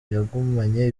yagumanye